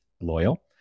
Loyal